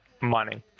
money